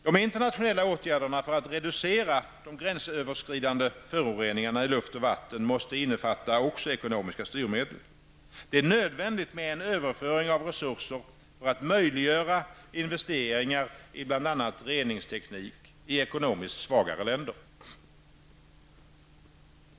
De internationella åtgärderna för att reducera de gränsöverskridande föroreningarna i luft och vatten måste innefatta ekonomiska styrmedel. Det är nödvändigt med överföring av resurser för att möjliggöra investeringar i bl.a. reningsteknik i ekonomiskt svagare länder.